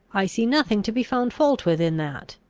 i see nothing to be found fault with in that.